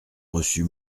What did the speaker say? reçu